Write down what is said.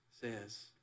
says